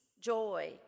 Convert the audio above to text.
joy